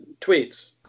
tweets